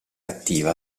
attiva